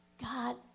God